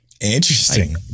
interesting